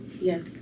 Yes